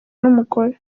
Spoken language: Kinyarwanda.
n’umugore